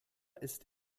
ist